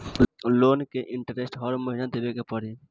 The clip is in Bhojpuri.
लोन के इन्टरेस्ट हर महीना देवे के पड़ी?